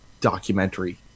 documentary